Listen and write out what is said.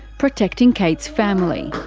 protecting kate's family.